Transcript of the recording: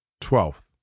Twelfth